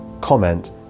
comment